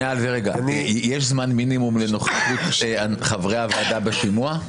יש זמן מינימום לנוכחות חברי הוועדה בשימוע?